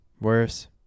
Worse